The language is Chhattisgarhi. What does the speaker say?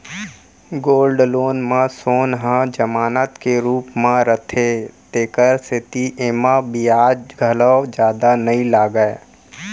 गोल्ड लोन म सोन ह जमानत के रूप म रथे तेकर सेती एमा बियाज घलौ जादा नइ लागय